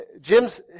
Jim's